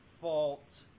fault –